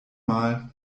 mal